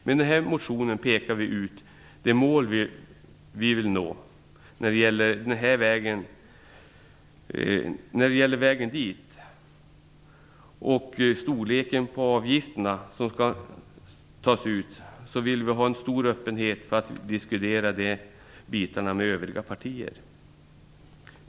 Med den här motionen pekar vi ut det mål vi vill nå. När det gäller vägen dit och storleken på avgifterna som skall tas ut, vill vi ha en stor öppenhet för att diskutera de bitarna med övriga partier.